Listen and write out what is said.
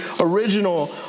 original